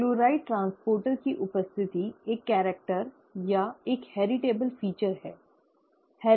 chloride transporter की उपस्थिति एक कैरेक्टर या एक हेरिटॅबॅल फीचर है ठीक है